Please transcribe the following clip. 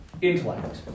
intellect